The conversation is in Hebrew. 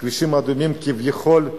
הכבישים האדומים כביכול,